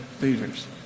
leaders